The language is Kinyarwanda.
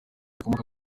rikomoka